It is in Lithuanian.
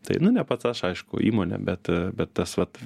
tai nu ne pats aš aišku įmonė bet bet tas vat